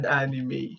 anime